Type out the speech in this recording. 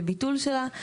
לביטול שלה,